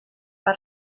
per